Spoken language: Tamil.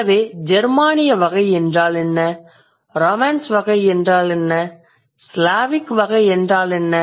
எனவே ஜெர்மானிய வகை என்றால் என்ன ரொமேன்ஸ் வகை என்றால் என்ன ஸ்லாவிக் வகை என்றால் என்ன